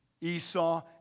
Esau